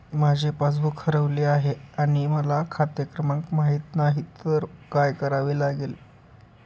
माझे पासबूक हरवले आहे आणि मला खाते क्रमांक माहित नाही तर काय करावे लागेल?